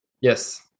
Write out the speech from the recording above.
Yes